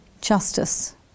justice